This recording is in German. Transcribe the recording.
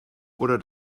oder